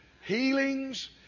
Healings